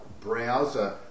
browser